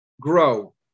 grow